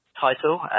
title